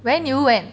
when you went